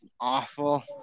awful